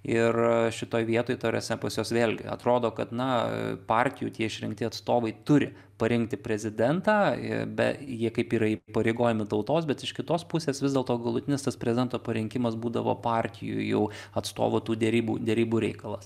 ir šitoj vietoj ta prasme pas juos vėlgi atrodo kad na partijų tie išrinkti atstovai turi parinkti prezidentą ir be kaip yra įpareigojami tautos bet iš kitos pusės vis dėlto galutinis tas prezidento parinkimas būdavo partijų jau atstovų tų derybų derybų reikalas